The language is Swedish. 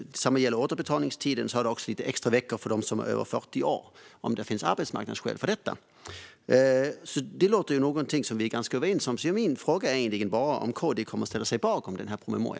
Detsamma gäller återbetalningstiden. Det ska vara en del extra veckor för dem som är över 40 år om det finns arbetsmarknadsskäl för det. Detta låter som något vi är ganska överens om. Min fråga är egentligen bara om KD kommer att ställa sig bakom denna promemoria.